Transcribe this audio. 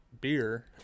beer